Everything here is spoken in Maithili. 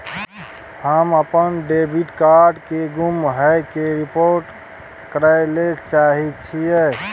हम अपन डेबिट कार्ड के गुम होय के रिपोर्ट करय ले चाहय छियै